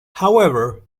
however